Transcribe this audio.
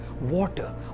water